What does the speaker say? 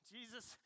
Jesus